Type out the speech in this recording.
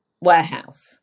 warehouse